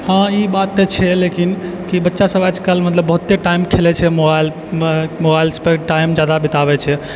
हँ ई बात तऽ छै लेकिन कि बच्चासब आजकल बहुते टाइम खेलै छै मोबाइलमे मोबाइलपर टाइम ज्यादा बिताबै छै